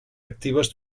actives